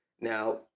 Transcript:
Now